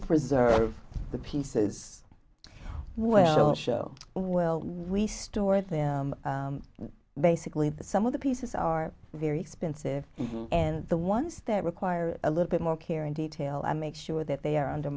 preserve the pieces well show will we store them basically the some of the pieces are very expensive and the ones that require a little bit more care in detail i make sure that they are under